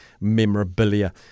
memorabilia